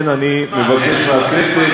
אין הרבה זמן.